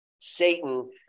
Satan